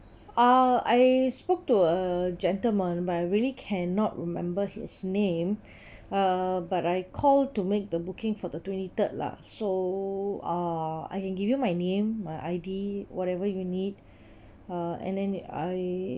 ah I spoke to a gentleman but I really cannot remember his name ah but I call to make the booking for the twenty third lah so uh I can give you my name my I_D whatever you need uh and then I